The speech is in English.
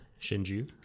shinju